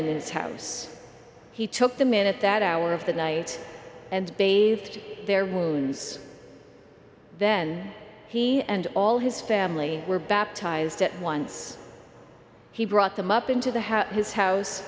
in his house he took them in at that hour of the night and bathed their wounds then he and all his family were baptized at once he brought them up into the house his house